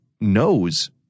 knows